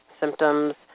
symptoms